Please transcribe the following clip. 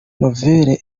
nouvelle